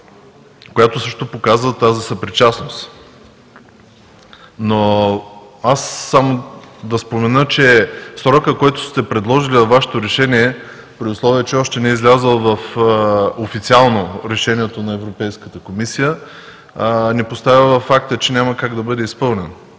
която също показва съпричастност. Искам само да спомена, че срокът, който сте предложили във Вашето решение, при условие че още не е излязло официално решението на Европейската комисия, ни поставя във факта, че няма как да бъде изпълнено,